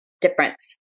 difference